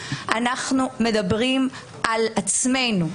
אנחנו מדברים על עצמנו,